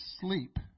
sleep